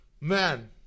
Man